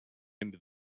into